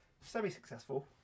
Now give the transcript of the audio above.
Semi-successful